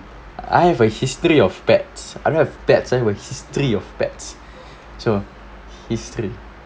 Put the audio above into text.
I have a history of pets I don't have pets and with history of pets so history